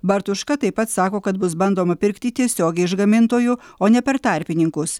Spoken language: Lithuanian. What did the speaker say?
bartuška taip pat sako kad bus bandoma pirkti tiesiogiai iš gamintojų o ne per tarpininkus